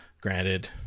granted